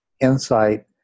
insight